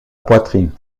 poitrine